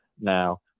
now